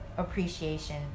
Appreciation